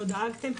לא דאגתם,